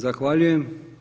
Zahvaljujem.